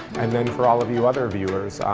and then, for all of you other viewers,